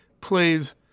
plays